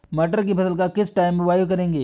मटर की फसल का किस टाइम बुवाई करें?